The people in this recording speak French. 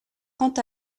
quant